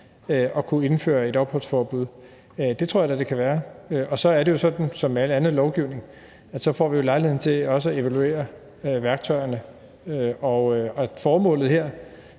at kunne indføre et opholdsforbud? Det tror jeg da det kan være. Og så er det jo sådan som med al anden lovgivning, at vi jo også får lejlighed til at evaluere værktøjerne. Formålet her